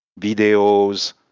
videos